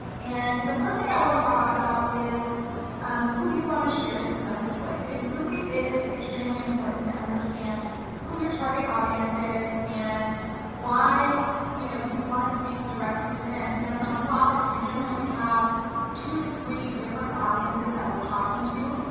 and the first thing i wanna talk about is um who you wanna share this message with. it really is extremely important to understand who your target audience is and why you know you wanna speak directly to them, and as nonprofits, we generally have two to three different audiences that we're talking to,